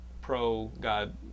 pro-God